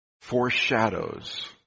foreshadows